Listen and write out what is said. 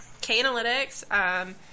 K-analytics